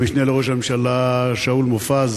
המשנה לראש הממשלה שאול מופז,